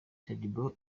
shadyboo